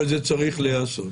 אבל זה צריך להיעשות.